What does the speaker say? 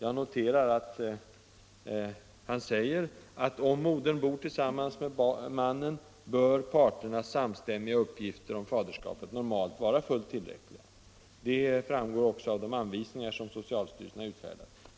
Han säger bl.a.: ”Om modern bor tillsammans med mannen bör parternas samstämmiga uppgifter om faderskapet normalt vara fullt tillräckliga. Detta framgår också av de anvisningar som socialstyrelsen har utfärdat.